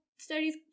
Studies